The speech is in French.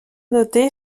noter